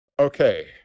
okay